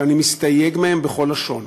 שאני מסתייג מהם בכל לשון,